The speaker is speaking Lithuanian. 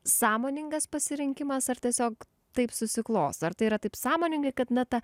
sąmoningas pasirinkimas ar tiesiog taip susiklosto ar tai yra taip sąmoningai kad na ta